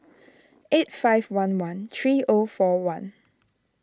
eight five one one three O four one